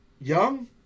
Young